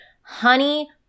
honey